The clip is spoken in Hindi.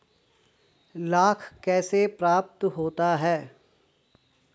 लाख कैसे प्राप्त होता है?